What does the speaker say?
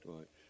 Right